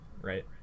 right